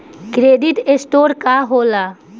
Credit score का होला?